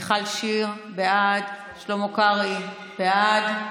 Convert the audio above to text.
מיכל שיר, בעד, שלמה קרעי, בעד,